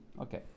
Okay